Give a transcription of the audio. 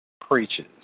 preaches